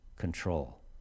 control